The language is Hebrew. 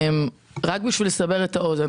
רק בשביל לסבר את האוזן,